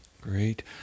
Great